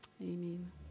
Amen